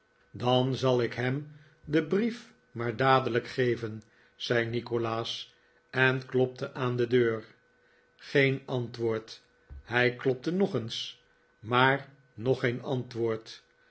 dan zal ik hem den brief maar dadelijk geven zei nikolaas en klopte aan de deur geen antwoord hij klopte nog eens maar nog geen antwoord